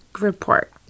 report